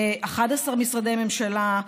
11 משרדי ממשלה,